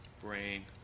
Brain